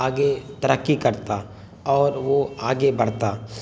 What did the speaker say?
آگے ترقی کرتا اور وہ آگے بڑھتا